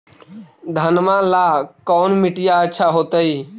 घनमा ला कौन मिट्टियां अच्छा होतई?